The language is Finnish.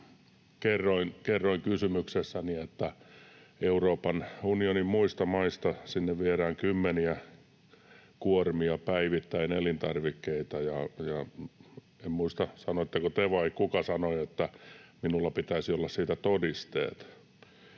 kerroin kysymyksessäni, että Euroopan unionin muista maista sinne viedään kymmeniä kuormia päivittäin elintarvikkeita. En muista, sanoitteko te vai kuka sanoi, että minulla pitäisi olla siitä todisteet.